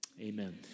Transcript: Amen